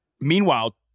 meanwhile